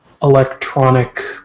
electronic